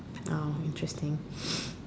now interesting